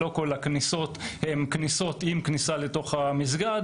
לא כל הכניסות הן כניסות עם כניסה לתוך המסגד.